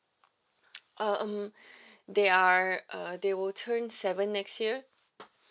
uh um they are uh they will turn seven next year